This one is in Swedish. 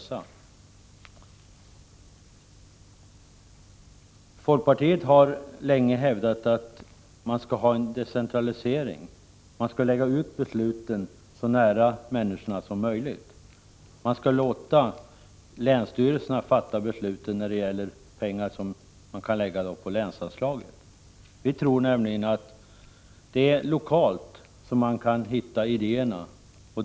Vi i folkpartiet har länge upprepat kravet på en decentralisering. Vi tycker att besluten skall fattas så nära människorna som möjligt. Man skall således låta länsstyrelserna fatta beslut om t.ex. länsanslagen. Vi tror att det är på den lokala nivån som idéerna finns.